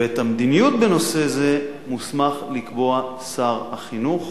ואת המדיניות בנושא זה מוסמך לקבוע שר החינוך,